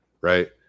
Right